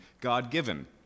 God-given